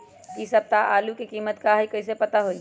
इ सप्ताह में आलू के कीमत का है कईसे पता होई?